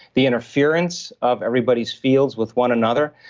the interference of everybody's fields with one another,